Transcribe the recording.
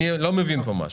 אני לא מבין משהו.